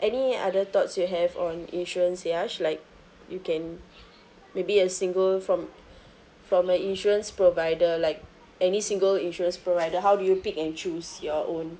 any other thoughts you have on insurance Yash like you can maybe a single from from a insurance provider like any single insurance provider how do you pick and choose your own